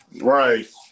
Right